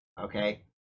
okay